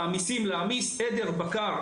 התהליך בו צריך להעמיס עדר בקר,